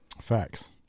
Facts